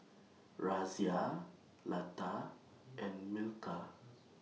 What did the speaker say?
Razia Lata and Milkha